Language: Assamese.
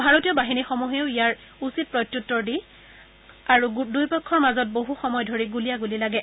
ভাৰতীয় বাহিনীসমূহেও ইয়াৰ উচিত প্ৰত্যুত্তৰ দি আৰু দুয়োপক্ষৰ মাজত বহু সময় ধৰি গুলীয়াগুলি লাগে